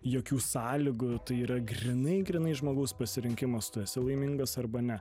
jokių sąlygų tai yra grynai grynai žmogaus pasirinkimas tu esi laimingas arba ne